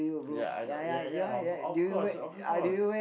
ya I know ya ya of course of course